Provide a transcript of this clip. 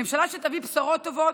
ממשלה שתביא בשורות טובות,